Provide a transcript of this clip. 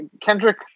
Kendrick